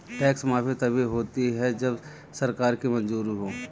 tax माफी तभी होती है जब सरकार की मंजूरी हो